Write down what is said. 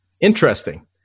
Interesting